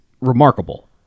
remarkable